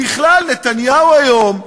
בכלל, נתניהו היום,